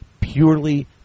purely